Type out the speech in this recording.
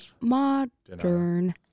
modern